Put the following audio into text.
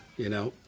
you know.